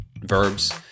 verbs